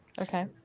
Okay